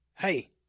Hey